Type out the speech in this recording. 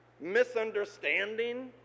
misunderstanding